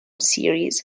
series